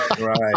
Right